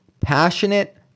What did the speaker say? Passionate